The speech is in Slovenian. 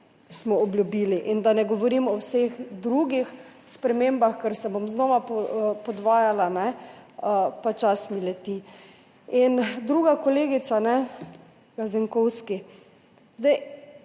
smo obljubili. In da ne govorim o vseh drugih spremembah, ker se bom znova podvajala pa čas mi leti. In druga kolegica, Gazinkovski,